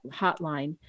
hotline